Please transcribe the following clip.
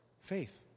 faith